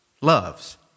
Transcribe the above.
loves